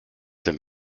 den